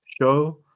show